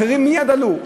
מייד עלו,